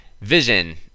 vision